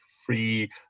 Free